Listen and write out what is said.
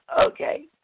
Okay